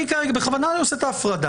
אני בכוונה לא עושה את ההפרדה.